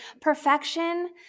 perfection